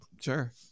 Sure